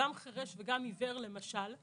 עיוור למשל,